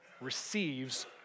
receives